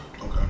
Okay